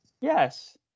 Yes